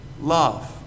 love